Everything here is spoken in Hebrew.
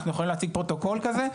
אנחנו יכולים להציג פרוטוקול כזה.